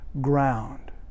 Ground